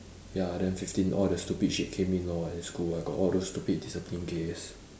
ya then fifteen all the stupid shit came in lor at school I got all those stupid discipline case